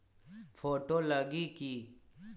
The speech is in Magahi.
फोटो लगी कि?